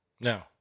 No